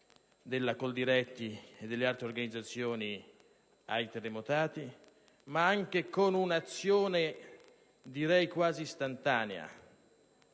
della Coldiretti e delle altre organizzazioni ai terremotati, ma anche con un'azione quasi istantanea,